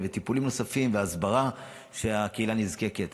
טיפולים נוספים והסברה שהקהילה נזקקת